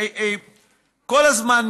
כל הזמן,